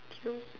K